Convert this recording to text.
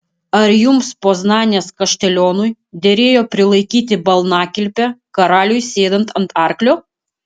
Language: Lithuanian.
ar jums poznanės kaštelionui derėjo prilaikyti balnakilpę karaliui sėdant ant arklio